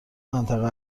منطقه